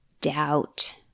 Doubt